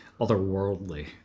otherworldly